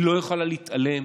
היא לא יכולה להתעלם